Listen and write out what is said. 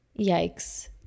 Yikes